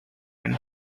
him